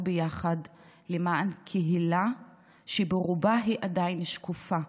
ביחד למען קהילה שברובה היא עדיין שקופה,